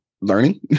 learning